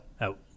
Out